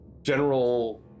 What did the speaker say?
General